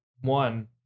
one